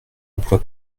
emploi